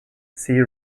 see